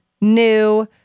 new